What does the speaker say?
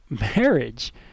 marriage